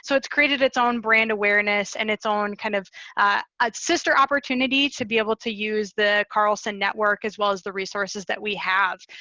so it's created its own brand awareness and its own kind of ah sister opportunity to be able to use the carlson network as well as the resources that we have.